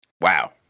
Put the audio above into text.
Wow